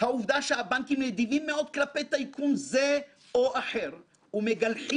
העובדה שהבנקים נדיבים מאוד כלפי טייקון זה או אחר ו"מגלחים"